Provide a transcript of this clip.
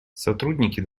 сотрудники